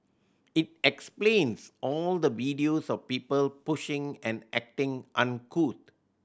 it explains all the videos of people pushing and acting uncouth